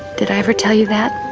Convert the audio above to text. did i ever tell you that?